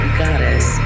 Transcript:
goddess